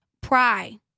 pry